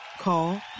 Call